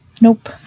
Nope